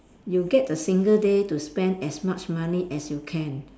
you get a single day to spend as much money as you can